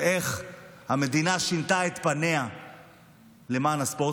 איך המדינה שינתה את פניה למען הספורט,